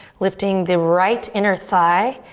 lifting the right inner thigh,